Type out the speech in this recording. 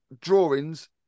drawings